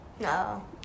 No